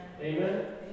Amen